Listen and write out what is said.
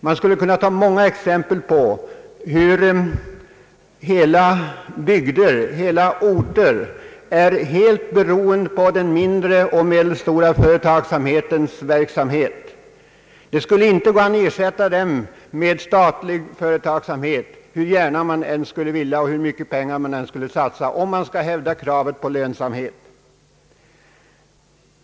Man skulle kunna ta många exempel på hela bygder, stora områden, som är helt beroende av den mindre och medelstora företagsamhetens existens. Det skulle inte gå att ersätta den med statlig verksamhet, hur gärna man än skulle vilja det och hur mycket pengar man än skulle satsa — om man alltså hävdar kravet på lönsamhet.